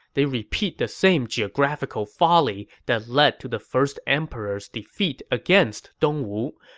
they repeat the same geographical folly that led to the first emperor's defeat against dongwu.